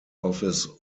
office